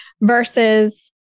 Versus